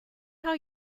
how